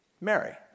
Mary